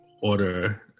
Order